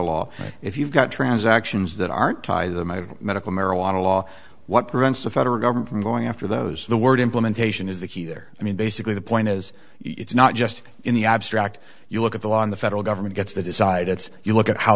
law if you've got transactions that aren't tied to the my medical marijuana law what prevents the federal government from going after those the word implementation is the key there i mean basically the point is it's not just in the abstract you look at the law in the federal government gets to decide it's you look at how